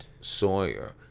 Sawyer